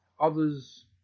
others